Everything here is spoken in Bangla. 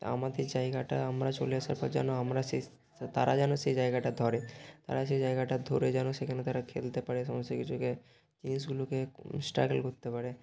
আমাদের জায়গাটা আমরা চলে আসার পর যেন আমরা সেই তারা যেন সেই জায়গাটা ধরে তারা সেই জায়গাটা ধরে যেন সেখানে তারা খেলতে পারে সমস্ত কিছুকে জিনিসগুলোকে স্ট্রাগল করতে পারে